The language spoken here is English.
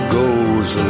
goes